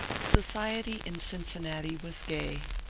society in cincinnati was gay.